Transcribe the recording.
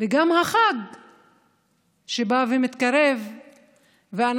וגם החג שמתקרב ובא.